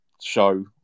show